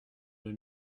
deux